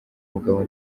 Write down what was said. mugabo